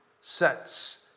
sets